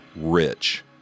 rich